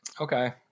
Okay